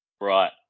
Right